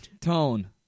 Tone